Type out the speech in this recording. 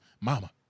mama